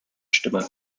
stimme